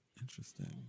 Interesting